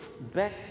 back